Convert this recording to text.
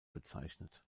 bezeichnet